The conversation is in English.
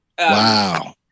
Wow